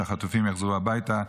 שהחטופים יחזרו הביתה,